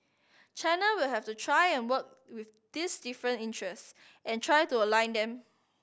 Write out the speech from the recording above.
China will have to try and work with these different interests and try to align them